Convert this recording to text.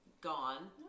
gone